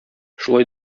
шулай